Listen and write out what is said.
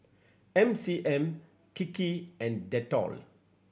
M C M Kiki and Dettol